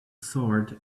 sword